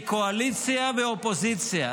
מהקואליציה והאופוזיציה,